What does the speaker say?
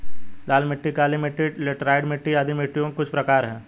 लाल मिट्टी, काली मिटटी, लैटराइट मिट्टी आदि मिट्टियों के कुछ प्रकार है